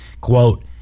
quote